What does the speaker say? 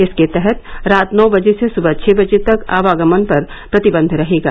इसके तहत रात नौ बजे से सुबह छः बजे तक आवागमन पर प्रतिबंध रहेगा